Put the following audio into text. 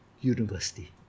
university